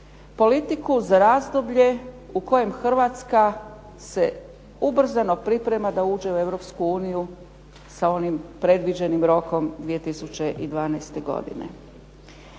politiku za razdoblje u kojem Hrvatska se ubrzano priprema da uđe u Europsku uniju sa onim predviđenim rokom 2012. godine.